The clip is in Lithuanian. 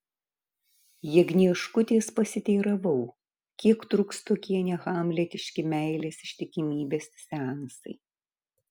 jagnieškutės pasiteiravau kiek truks tokie nehamletiški meilės ištikimybės seansai